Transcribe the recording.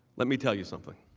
let me tell you something.